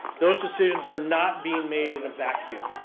those decisions are not being made in a vacuum.